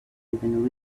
even